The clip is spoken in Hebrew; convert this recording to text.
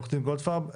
עו"ד גולדפרב.